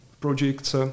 projects